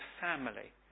family